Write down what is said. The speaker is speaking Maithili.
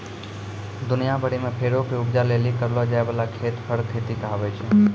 दुनिया भरि मे फरो के उपजा लेली करलो जाय बाला खेती फर खेती कहाबै छै